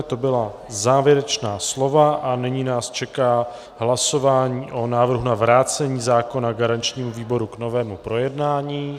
To byla závěrečná slova a nyní nás čeká hlasování o návrhu na vrácení zákona garančnímu výboru k novému projednání.